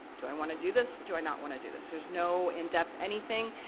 do i wanna do this, do i not wanna do this? there's no in depth anything,